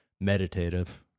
meditative